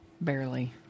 Barely